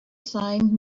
sign